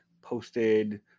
posted